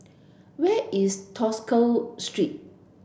where is Tosca Street